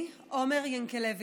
אני, עומר ינקלביץ',